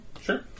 Sure